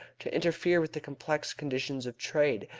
to interfere with the complex conditions of trade,